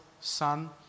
sun